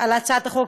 אמרתי לו: